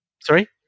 Sorry